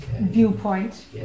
viewpoint